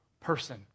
person